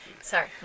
Sorry